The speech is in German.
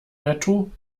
netto